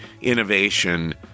innovation